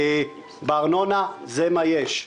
בארנונה זה מה יש,